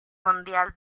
mundial